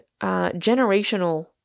generational